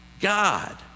God